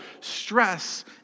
stress